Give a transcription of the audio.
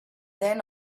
then